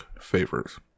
favors